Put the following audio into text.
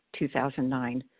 2009